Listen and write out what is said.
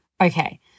Okay